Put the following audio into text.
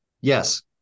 Yes